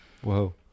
Whoa